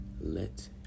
let